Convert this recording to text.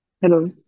Hello